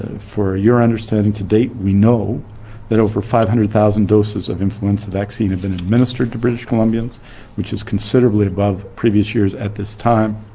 ah your understanding to date we know that over five hundred thousand doses of influence vaccine have been administered to british columbia and which is considerably above previous years at this time.